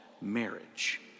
marriage